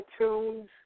iTunes